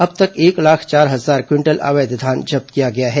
अब तक एक लाख चार हजार क्विंटल अवैध धान जब्त किया गया है